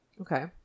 Okay